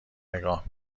نگاه